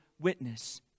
witness